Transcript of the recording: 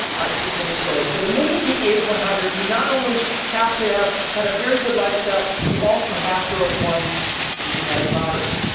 it's the same story. so to make it to age one hundred, you not only have to have had a very good lifestyle, you also have to have won the genetic lottery.